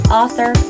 author